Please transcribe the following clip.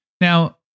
Now